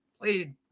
played